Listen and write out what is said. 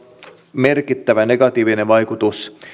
merkittävä negatiivinen vaikutus